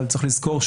אבל צריך לזכור,